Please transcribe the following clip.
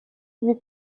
lui